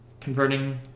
converting